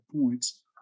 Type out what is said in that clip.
points